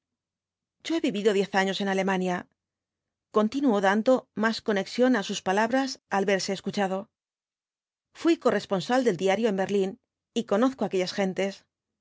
yo he vivido diez años en alemania continuó dando más conexión á sus palabras al verse escuchado fui corresponsal de diario en berlín y conozco aquellas gentes